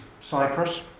Cyprus